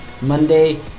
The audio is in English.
Monday